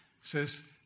says